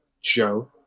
Joe